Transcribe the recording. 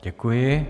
Děkuji.